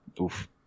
Oof